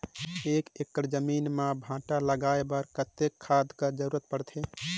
एक एकड़ जमीन म भांटा लगाय बर कतेक खाद कर जरूरत पड़थे?